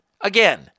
Again